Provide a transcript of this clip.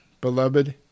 beloved